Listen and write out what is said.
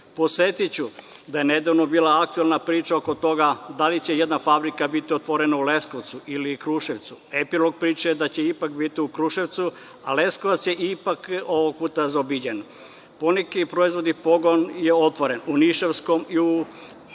ljudi. Podsetiću da je nedavno bila aktuelna priča oko toga da li će jedna fabrika biti otvorena u Leskovcu ili Kruševcu. Epilog priče je da će ipak biti u Kruševcu, a Leskovac je ipak ovog puta zaobiđen. Poneki proizvodni pogon je otvoren u Nišavskom i u